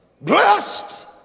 blessed